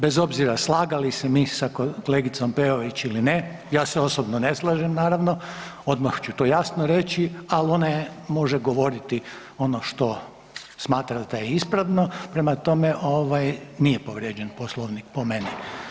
Bez obzira slagali se mi sa kolegicom Peović ili ne, ja se osobno ne slažem, naravno, odmah ću to jasno reći, ali ona je, može govoriti ono što smatra da je ispravno, prema tome, ovaj, nije povrijeđen Poslovnik po meni.